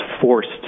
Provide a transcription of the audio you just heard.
forced